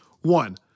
One